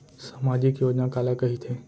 सामाजिक योजना काला कहिथे?